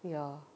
ya